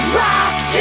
rock